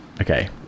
Okay